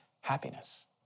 happiness